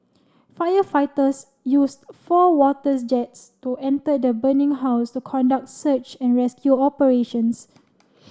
firefighters used four water jets to enter the burning house to conduct search and rescue operations